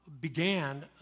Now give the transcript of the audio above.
began